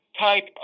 type